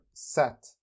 set